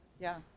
yeah.